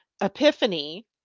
epiphany